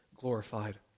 glorified